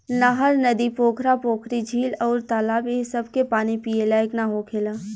नहर, नदी, पोखरा, पोखरी, झील अउर तालाब ए सभ के पानी पिए लायक ना होखेला